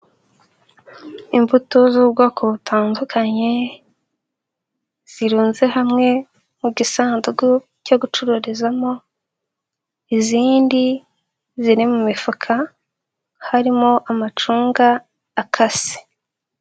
Imbuto z'ubwoko butandukanye zirunze hamwe mu gisanduku cyo gucururizamo izindi ziri mu mifuka harimo amacunga akase.